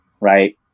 right